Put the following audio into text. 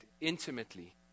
intimately